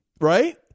Right